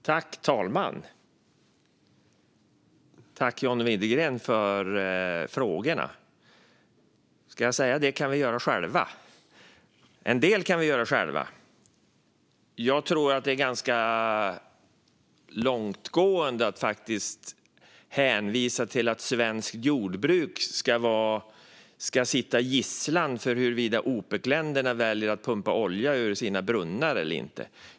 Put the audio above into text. Fru talman! Jag tackar John Widegren för frågorna. Jag kanske kan säga: Det kan vi göra själva! En del kan vi i alla fall göra själva. Jag tror att det är ganska långtgående att finna sig i att svenskt jordbruk ska sitta som gisslan när Opecländerna väljer om de ska pumpa olja ur sina brunnar eller inte.